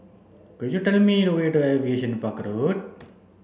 could you tell me the way to Aviation Park Road